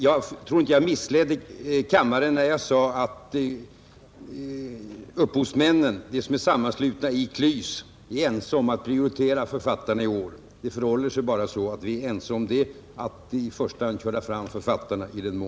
Jag tror inte jag missledde kammaren när jag sade att upphovsmän — dvs. de som samarbetar i KLYS — är ense om att prioritera författarna detta år. Det förhåller sig faktiskt så.